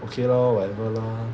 okay lor whatever lor